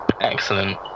Excellent